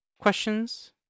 questions